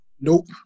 Nope